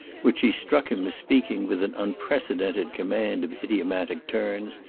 which she struck him as speaking with an unprecedented command of idiomatic turns,